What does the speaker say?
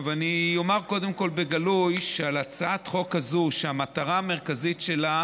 אני אומר קודם כול בגלוי על הצעת החוק הזאת שהמטרה המרכזית שלה